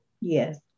Yes